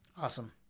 Awesome